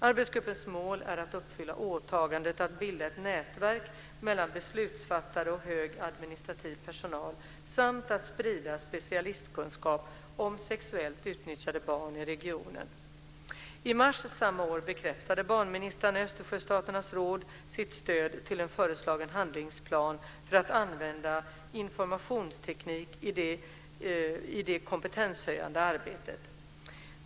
Arbetsgruppens mål är att uppfylla åtagandet att bilda ett nätverk mellan beslutsfattare och hög administrativ personal, samt att sprida specialistkunskap om sexuellt utnyttjade barn i regionen. Östersjöstaternas råd sitt stöd till en föreslagen handlingsplan för att använda informationsteknik i det kompetenshöjande arbetet.